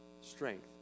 strength